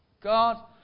God